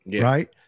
right